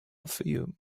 fayoum